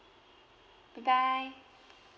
bye bye